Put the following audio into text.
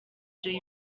jay